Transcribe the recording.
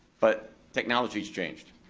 but technology's changed.